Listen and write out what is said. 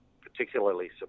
particularly